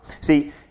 See